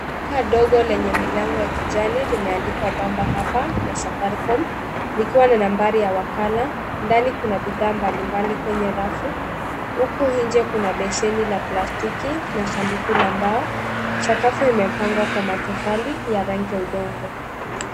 Duka dogo lenye milango ya kijani limeandikwa bamba hapa la safaricom likiwa na nambari ya wakala ndani kuna bidhaa mbalimbali kwenye rafu, huku nje kuna besheni la plastiki na sanduku la mbao, sakafu imepangwa kwa matofali ya rangi ya udongo.